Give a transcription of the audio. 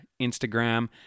Instagram